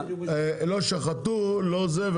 לא שחטו ולא זה,